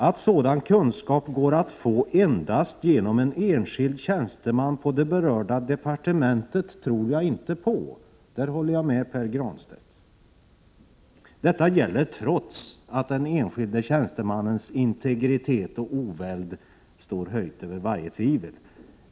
Att sådan kunskap går att få endast genom en enskild tjänsteman på det berörda departementet tror jag inte på — därvidlag håller jag med Pär Granstedt. Detta gäller trots att den enskilde tjänstemannens integritet och oväld står höjd över varje tvivel.